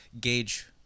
gauge